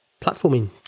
platforming